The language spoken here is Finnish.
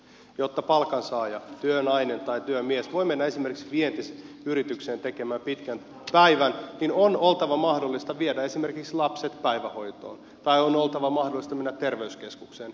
jotta palkansaaja työnainen tai työmies voi mennä esimerkiksi vientiyritykseen tekemään pitkän päivän on oltava mahdollista viedä esimerkiksi lapset päivähoitoon tai on oltava mahdollista mennä terveyskeskukseen